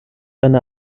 eine